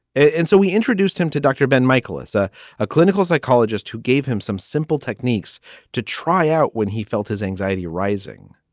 and so we introduced him to dr. ben michaelis, a a clinical psychologist who gave him some simple techniques to try out when he felt his anxiety rising.